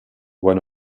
one